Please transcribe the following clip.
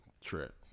trip